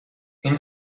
این